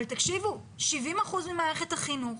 אבל תקשיבו, 70 אחוזים ממערכת החינוך